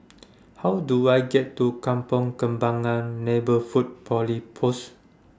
How Do I get to Kampong Kembangan Neighbourhood Police Post